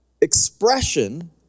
expression